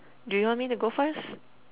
do you want me to go first